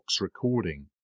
recording